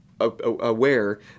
aware